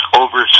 over